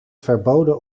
verboden